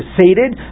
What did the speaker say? sated